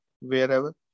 wherever